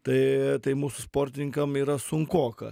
tai tai mūsų sportininkam yra sunkoka